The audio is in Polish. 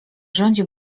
rządzi